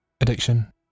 addiction